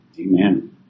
Amen